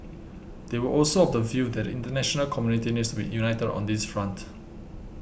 they were also of the view that the international community needs to be united on this front